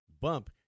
bump